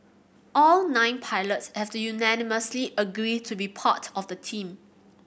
all nine pilots have to unanimously agree to be part of the team